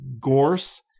Gorse